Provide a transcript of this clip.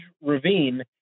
ravine